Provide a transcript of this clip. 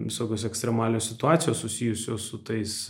visokios ekstremalios situacijos susijusios su tais